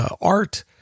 Art